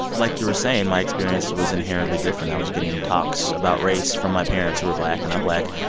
like you were saying, my experience was inherently different. i was getting talks about race from my parents who were black, and i'm black,